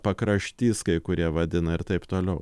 pakraštys kai kurie vadina ir taip toliau